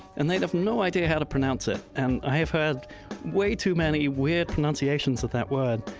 and they have no idea how to pronounce it. and i have heard way too many weird pronunciations of that word,